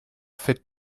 faites